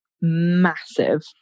massive